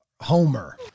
Homer